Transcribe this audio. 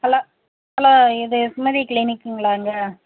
hello hello இது சுமதி க்ளினிக்குங்களாங்க